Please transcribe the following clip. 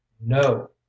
no